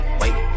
wait